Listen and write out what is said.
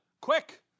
Quick